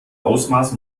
ausmaß